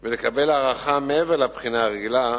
ולקבל הערכה מעבר לבחינה הרגילה,